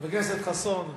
חבר הכנסת חסון,